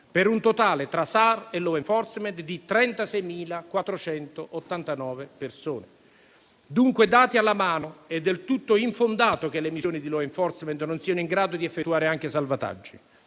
per un totale, tra SAR e *law enforcement*, di 36.489 persone salvate. Dunque, dati alla mano, è del tutto infondato che le missioni di *law enforcement* non siano in grado di effettuare anche salvataggi.